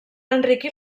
enriquir